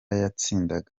yatsindaga